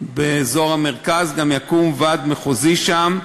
באזור המרכז, גם יקום ועד מחוזי שם,